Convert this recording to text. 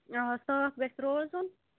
اَوا صاف گژھِ روزُن